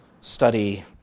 study